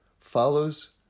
follows